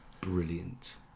brilliant